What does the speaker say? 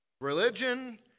Religion